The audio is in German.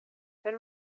wenn